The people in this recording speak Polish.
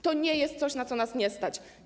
To nie jest coś, na co nas nie stać.